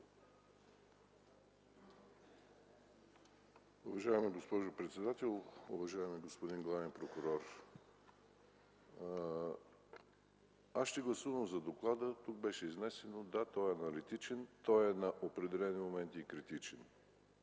Уважаема госпожо председател, уважаеми господин главен прокурор! Аз ще гласувам за доклада. Тук беше казано, че той е аналитичен, а на определени моменти и критичен,